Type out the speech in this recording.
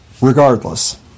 regardless